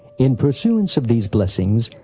in pursuance of these blessings,